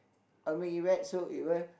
I will make it wet so it will